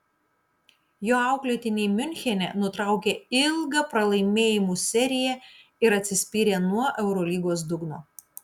jo auklėtiniai miunchene nutraukė ilgą pralaimėjimų seriją ir atsispyrė nuo eurolygos dugno